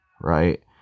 right